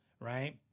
Right